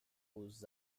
aux